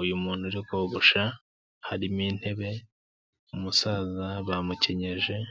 uyu muntu uri kogosha, harimo intebe, umusaza bamukenyeje.